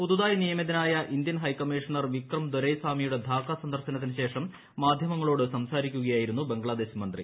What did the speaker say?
പുതുതായി നിയമിതനായ Indian high commissioner Vikram ദൊരൈ സ്വാമിയുടെ ധാക്ക സന്ദർശനത്തിന് ശേഷം മാധ്യമങ്ങളോട് സംസാരിക്കുകയായിരുന്നു ബംഗ്ലാദേശ് മന്ത്രി